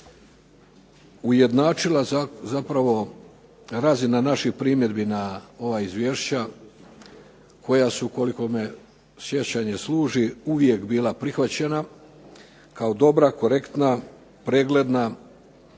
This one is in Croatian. ujednačila zapravo razina naših primjedbi na ova izvješća koja su, koliko me sjećanje služi, uvijek bila prihvaćena kao dobra, korektna, pregledna